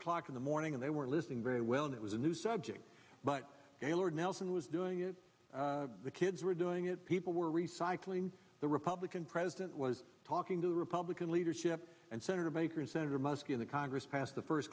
o'clock in the morning and they were listening very well and it was a new subject but gaylord nelson was doing it the kids were doing it people were recycling the republican president was talking to republican leadership and senator baker senator muskie of the congress passed the first